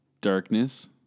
Darkness